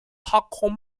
hardcore